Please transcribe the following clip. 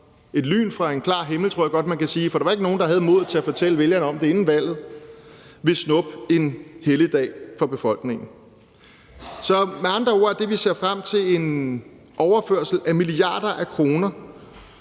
et lyn fra en klar himmel – det tror jeg godt man kan sige, for der var ikke nogen, der havde modet til at fortælle vælgerne om det inden valget – vil snuppe en helligdag fra befolkningen. Med andre ord er det, vi kan se frem til, en overførsel af milliarder af kroner